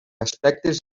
aspectes